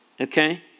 okay